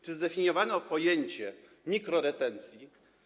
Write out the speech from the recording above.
Czy zdefiniowano pojęcie mikroretencji?